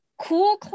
cool